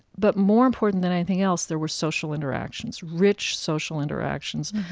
but more important than anything else, there were social interactions, rich social interactions.